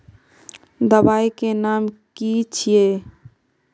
दबाई के नाम की छिए?